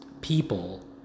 people